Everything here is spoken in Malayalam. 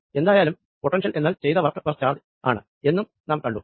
എന്തായാലും പൊട്ടൻഷ്യൽ എന്നാൽ ചെയ്ത വർക്ക് പെർ ചാർജ് ആണ് എന്നും നാം കണ്ടു